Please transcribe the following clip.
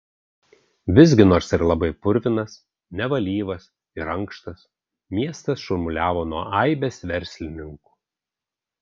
visgi nors ir labai purvinas nevalyvas ir ankštas miestas šurmuliavo nuo aibės verslininkų